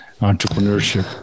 Entrepreneurship